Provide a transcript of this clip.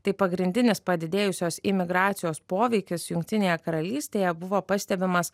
tai pagrindinis padidėjusios imigracijos poveikis jungtinėje karalystėje buvo pastebimas